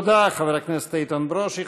תודה לחבר הכנסת איתן ברושי.